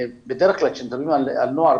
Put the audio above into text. בדרך כלל כאשר מדברים על נוער,